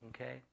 Okay